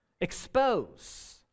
expose